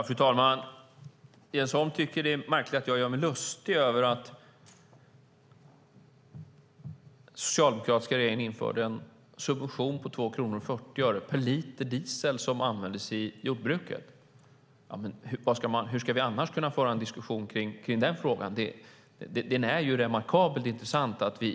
Fru talman! Jens Holm tycker att det är märkligt att jag gör mig lustig över att den socialdemokratiska regeringen införde en subvention på 2 kronor och 40 öre per liter diesel som användes i jordbruket. Hur ska vi annars kunna föra en diskussion kring den frågan? Den är ju remarkabel, inte sant?